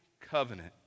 covenant